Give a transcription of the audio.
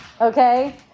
Okay